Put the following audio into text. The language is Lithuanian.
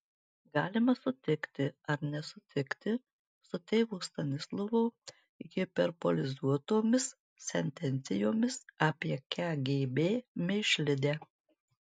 galima sutikti ar nesutikti su tėvo stanislovo hiperbolizuotomis sentencijomis apie kgb mėšlidę